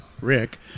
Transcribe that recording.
Rick